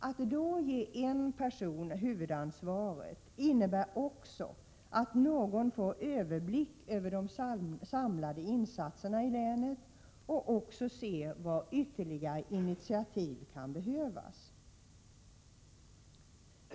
Att då ge en person huvudansvaret innebär också att någon får överblick över de samlade insatserna i länet och ser var ytterligare initiativ kan behövas.